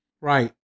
Right